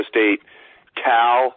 State-Cal